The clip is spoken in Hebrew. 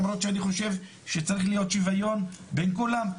למרות שאני חושב שצריך להיות שוויון בין כולם,